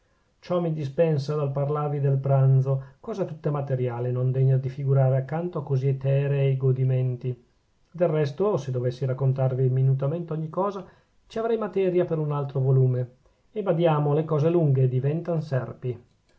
ciò mi dispensa dal parlarvi del pranzo cosa tutta materiale e non degna di figurare accanto a così eterei godimenti del resto se dovessi raccontarvi minutamente ogni cosa ci avrei materia per un altro volume e badiamo le cose lunghe diventan serpi